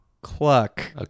cluck